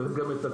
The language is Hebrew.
צריך גם קמח.